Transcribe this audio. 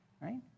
Right